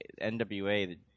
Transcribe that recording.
NWA